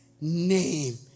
name